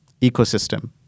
ecosystem